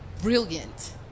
brilliant